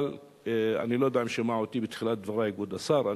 אבל אני לא יודע אם שמע אותי בתחילת דברי כבוד השר.